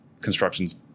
construction's